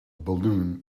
balloon